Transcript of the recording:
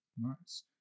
Nice